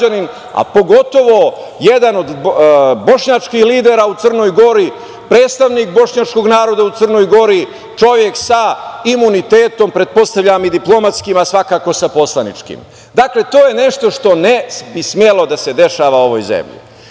a pogotovo jedan od bošnjačkih lidera u Crnoj Gori, predstavnik bošnjačkog naroda u Crnoj Gori, čovek sa imunitetom, pretpostavljam i diplomatskim, a svakako sa poslaničkim. Dakle, to je nešto što ne bi smelo da se dešava u ovoj zemlji.U